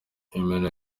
imena